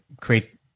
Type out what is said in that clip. create